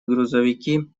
грузовики